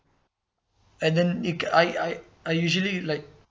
and then it I I I usually like